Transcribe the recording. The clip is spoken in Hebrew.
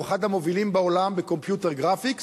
הוא אחד המובילים בעולם ב-computer graphics,